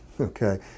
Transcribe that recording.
okay